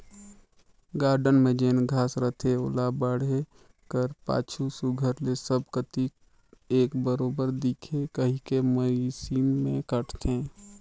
garden में जेन घांस रहथे ओला बाढ़े कर पाछू सुग्घर ले सब कती एक बरोबेर दिखे कहिके मसीन में काटथें